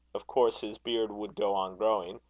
of course his beard would go on growing,